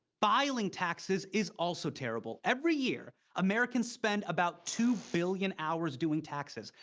filing taxes is also terrible. every year, americans spend about two billion hours doing taxes.